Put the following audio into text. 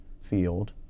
field